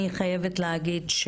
אני חייבת להגיד,